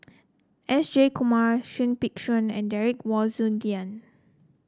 S Jayakumar Seah Peck Seah and Derek Wong Zi Gan